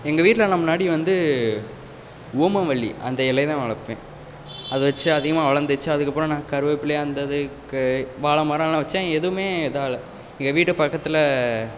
எங்கள் வீட்லலாம் முன்னாடி வந்து ஓமவல்லி அந்த இலைய தான் நான் வளர்ப்பேன் அதை வச்சு அதிகமாக வளர்ந்துச்சு அதுக்கப்புறம் நான் கருவேப்பிலை அந்த இது க வாழைமரலாம் வச்சேன் எதுவுமே இதால் எங்கள் வீட்டு பக்கத்தில்